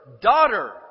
Daughter